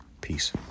Peace